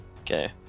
Okay